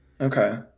Okay